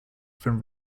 from